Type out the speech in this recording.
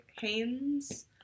Haynes